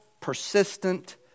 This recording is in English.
persistent